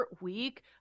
week